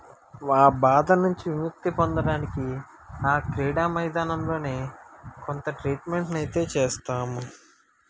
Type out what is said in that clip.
ఆ బాధ నుంచి విముక్తి పొందడానికి ఆ క్రీడా మైదానంలోనే కొంత ట్రీట్మెంట్ని అయితే చేస్తాము